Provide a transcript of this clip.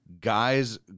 guys